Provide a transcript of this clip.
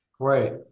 great